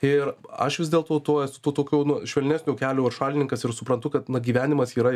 ir aš vis dėlto to esu to tokio nu švelnesnio kelio šalininkas ir suprantu kad na gyvenimas yra